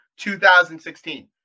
2016